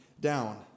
down